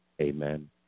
Amen